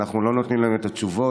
אנחנו לא נותנים להם את התשובות,